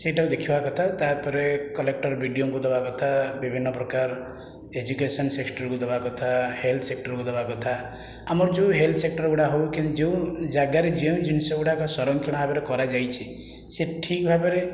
ସେହିଟାକୁ ଦେଖିବା କଥା ତା'ପରେ କଲେକ୍ଟର ବିଡ଼ିଓଙ୍କୁ ଦେବା କଥା ବିଭିନ୍ନ ପ୍ରକାର ଏଜୁକେଶନ୍ ସେକ୍ଟରକୁ ଦେବା କଥା ହେଲ୍ପ ସେକ୍ଟରକୁ ଦେବା କଥା ଆମର ଯେଉଁ ହେଲ୍ପ ସେକ୍ଟର ଗୁଡ଼ାକ ହେଉ କି ଯେଉଁ ଯାଗାରେ ଯେଉଁ ଜିନିଷ ଗୁଡ଼ାକ ସଂରକ୍ଷଣ ଭାବରେ କରାଯାଇଛି ସେ ଠିକ ଭାବରେ